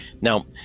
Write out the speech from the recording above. now